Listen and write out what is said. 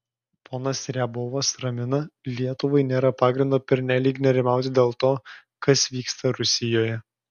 ponas riabovas ramina lietuvai nėra pagrindo pernelyg nerimauti dėl to kas vyksta rusijoje